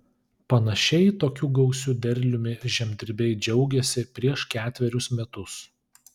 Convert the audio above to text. panašiai tokiu gausiu derliumi žemdirbiai džiaugėsi prieš ketverius metus